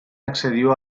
accedió